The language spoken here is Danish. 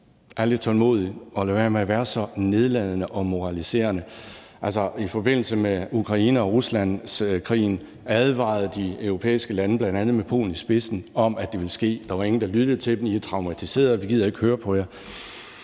man er lidt tålmodig og lader være med at være så nedladende og moraliserende. Altså, i forbindelse med Ukraine- og Ruslandskrigen advarede de europæiske lande, bl.a. med Polen i spidsen, om, at det ville ske. Der var ingen, der lyttede til dem. Man sagde: I er traumatiserede, og vi gider ikke at høre på jer.